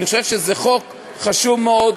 אני חושב שזה חוק חשוב מאוד,